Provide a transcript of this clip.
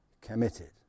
committed